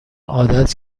عادت